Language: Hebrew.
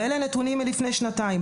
ואלה נתונים מלפני שנתיים.